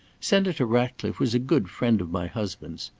senator ratcliffe was a good friend of my husband's.